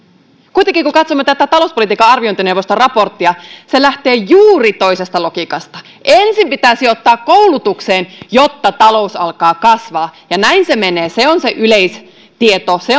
kuitenkin kun katsomme tätä talouspolitiikan arviointineuvoston raporttia se lähtee juuri toisesta logiikasta ensin pitää sijoittaa koulutukseen jotta talous alkaa kasvaa näin se menee se on se yleistieto se